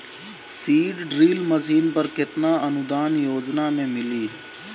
Seed drill machine पर केतना अनुदान योजना में मिली?